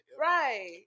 Right